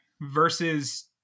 versus